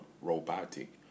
robotic